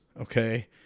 okay